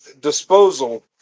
disposal